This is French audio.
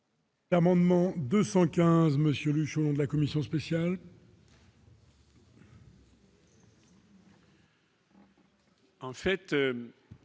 L'amendement 215 Monsieur Luchon, de la commission spéciale.